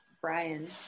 Brian